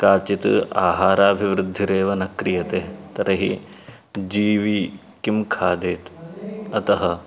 काचित् आहाराभिवृद्धिरेव न क्रियते तर्हि जीवी किं खाद्येत् अतः